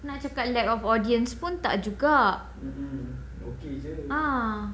nak cakap lack of audience pun tak juga ah